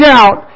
out